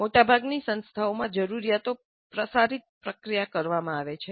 મોટાભાગની સંસ્થાઓમાં જરૂરીયાતો પ્રસારિત પ્રક્રિયા કરવામાં આવે છે